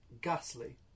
Ghastly